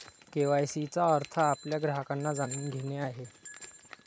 KYC चा अर्थ आपल्या ग्राहकांना जाणून घेणे आहे